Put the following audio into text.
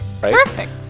Perfect